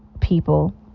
people